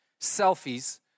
selfies